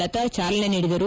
ಲತಾ ಚಾಲನೆ ನೀಡಿದರು